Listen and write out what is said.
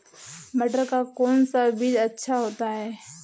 मटर का कौन सा बीज अच्छा होता हैं?